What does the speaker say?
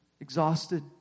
exhausted